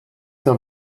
der